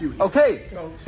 Okay